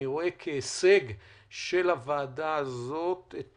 אני רואה כהישג של הוועדה הזאת את